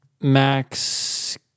Max